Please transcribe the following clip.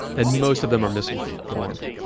and most of them are misinformed.